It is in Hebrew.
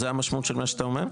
זו המשמעות של מה שאתה אומר?